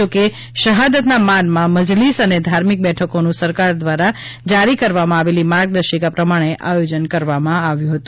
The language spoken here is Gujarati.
જો કે શહાદતના માનમાં મઝલિસ અને ધાર્મિક બેઠકોનું સરકાર દ્વારા જારી કરવામાં આવેલી માર્ગદર્શિકા પ્રમાણે આયોજન કરવામાં આવ્યું છે